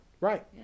Right